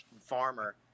farmer